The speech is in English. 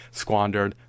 squandered